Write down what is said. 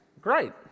great